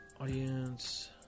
Audience